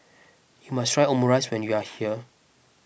you must try Omurice when you are here